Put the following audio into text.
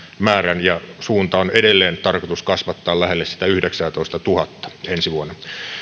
määrän ja suuntaa on edelleen tarkoitus kasvattaa lähelle sitä yhdeksäätoistatuhatta ensi vuonna